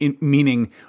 meaning